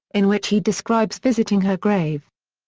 in which he describes visiting her grave.